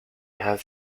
have